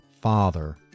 father